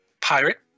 pirate